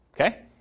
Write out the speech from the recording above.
Okay